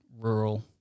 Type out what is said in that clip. rural